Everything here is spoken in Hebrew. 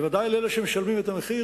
ודאי לאלה שמשלמים את המחיר,